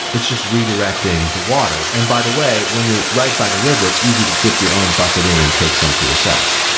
it's just redirecting the water. and by the way, when you're right by the river, it's easy to dip your own bucket in and take some for yourself,